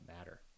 matter